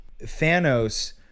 Thanos